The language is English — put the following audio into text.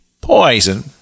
poison